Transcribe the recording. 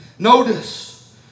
Notice